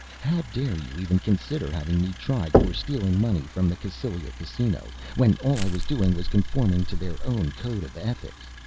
how dare you even consider having me tried for stealing money from the cassylia casino when all i was doing was conforming to their own code of ethics!